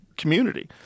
community